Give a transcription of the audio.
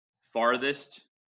farthest